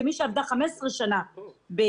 כמי שעבדה 15 שנה בעירייה,